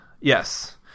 Yes